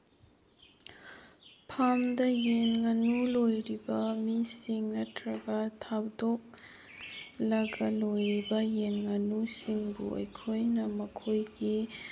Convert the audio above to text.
ꯐꯥꯔꯝꯗ ꯌꯦꯟ ꯉꯥꯅꯨ ꯂꯣꯏꯔꯤꯕ ꯃꯤꯁꯤꯡ ꯅꯠꯇ꯭ꯔꯒ ꯊꯥꯗꯣꯛꯂꯒ ꯂꯣꯏꯔꯤꯕ ꯌꯦꯟ ꯉꯥꯅꯨꯁꯤꯡꯕꯨ ꯑꯩꯈꯣꯏꯅ ꯃꯈꯣꯏꯒꯤ